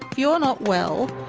you're not well,